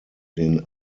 den